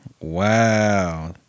Wow